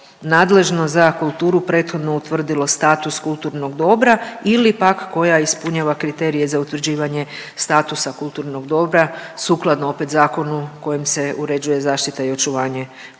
nadležno za kulturu prethodno utvrdilo status kulturnog dobra ili pak koja ispunjava kriterije za utvrđivanje statusa kulturnog dobra sukladno opet zakonu kojim se uređuje zaštita i očuvanje kulturnim,